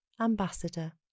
Ambassador